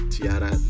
Tiara